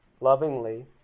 lovingly